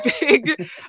big